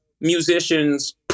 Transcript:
musicians